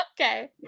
Okay